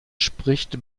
spricht